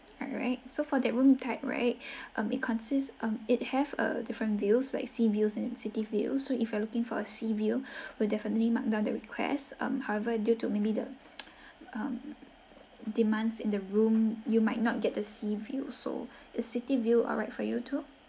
alright so for their room type right um it consists um it have a different views like sea views and city view so if you are looking for a sea view we'll definitely mark down the request um however due to maybe the um demands in the room you might not get the sea view so is city view alright for you too